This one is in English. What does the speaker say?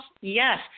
yes